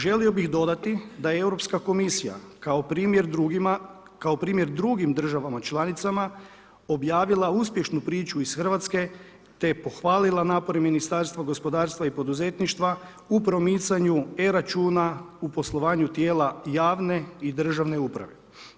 Želio bih dodati da je Europska komisija kao primjer drugima, kao primjer drugim državama članicama objavila uspješnu priču iz Hrvatske te je pohvalila napore Ministarstva gospodarstva i poduzetništva u promicanju e-računa u poslovanju tijela javne i državne uprave.